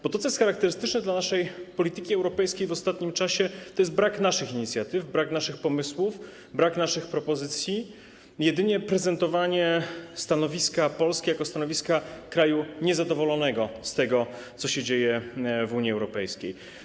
Bo to, co jest charakterystyczne dla naszej polityki europejskiej w ostatnim czasie, to jest brak naszych inicjatyw, brak naszych pomysłów, brak naszych propozycji i jedynie prezentowanie stanowiska Polski jako stanowiska kraju niezadowolonego z tego, co się dzieje w Unii Europejskiej.